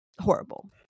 horrible